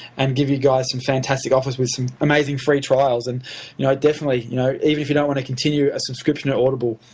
and give you guys some fantastic offers with some amazing free trials. and you know definitely, you know even if you don't want to continue a subscription at audible,